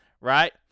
right